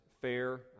fair